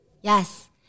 Yes